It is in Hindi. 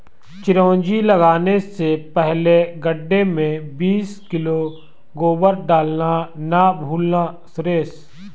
चिरौंजी लगाने से पहले गड्ढे में बीस किलो गोबर डालना ना भूलना सुरेश